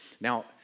Now